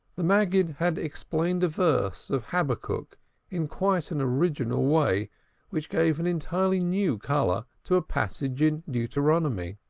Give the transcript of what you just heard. the maggid had explained a verse of habakkuk in quite an original way which gave an entirely new color to a passage in deuteronomy.